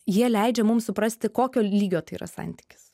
jie leidžia mums suprasti kokio lygio tai yra santykis